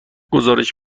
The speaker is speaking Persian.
گزارش